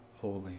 holy